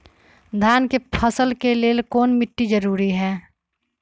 धान के फसल के लेल कौन मिट्टी जरूरी है?